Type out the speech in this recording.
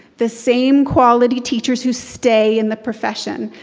the same quality teachers who stay in the profession,